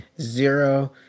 zero